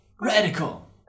Radical